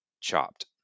chopped